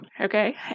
okay